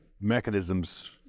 mechanisms